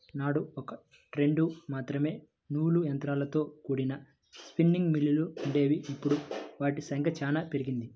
నాడు ఒకట్రెండు మాత్రమే నూలు యంత్రాలతో కూడిన స్పిన్నింగ్ మిల్లులు వుండేవి, ఇప్పుడు వాటి సంఖ్య చానా పెరిగింది